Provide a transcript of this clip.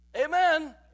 Amen